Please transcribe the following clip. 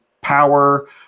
power